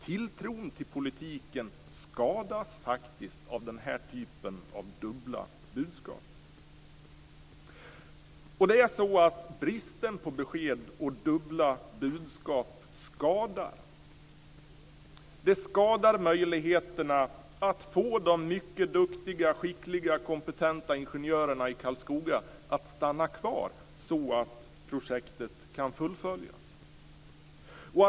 Tilltron till politiken skadas faktiskt av den här typen av dubbla budskap. Bristen på besked och dubbla budskap skadar möjligheterna att få de mycket duktiga, skickliga, kompetenta ingenjörerna i Karlskoga att stanna kvar så att projektet kan fullföljas.